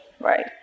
right